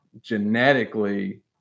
genetically